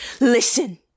Listen